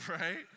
right